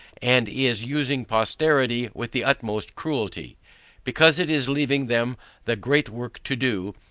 and is using posterity with the utmost cruelty because it is leaving them the great work to do,